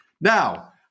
Now